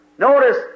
Notice